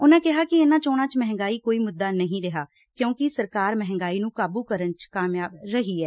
ਉਨੂਾ ਕਿਹਾ ਕਿ ਇਨੂਾ ਚੋਣਾ ਵਿਚ ਮਹਿੰਗਾਈ ਕੋਈ ਮੁੱਦਾ ਨਹੀਂ ਰਿਹਾ ਕਿਉਂਕਿ ਸਰਕਾਰ ਮਹਿੰਗਾਈ ਨੂੰ ਕਾਬੁ ਵਿਚ ਕਰਨ ਲੱਈ ਕਾਮਯਾਬ ਰਹੀ ਏ